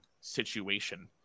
situation